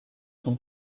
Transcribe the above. from